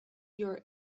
your